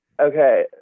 Okay